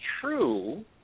true